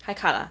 high cut ah